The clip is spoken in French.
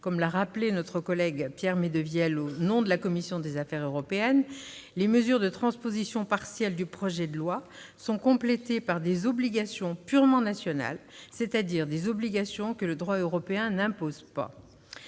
Comme l'a rappelé notre collègue Pierre Médevielle au nom de la commission des affaires européennes, les mesures de transposition partielle du projet de loi sont complétées par des obligations purement nationales, c'est-à-dire des obligations que le droit européen n'impose pas.